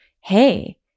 hey